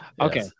okay